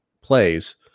plays